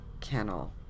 kennel